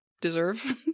deserve